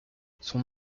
son